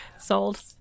Sold